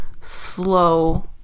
slow